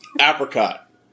Apricot